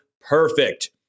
perfect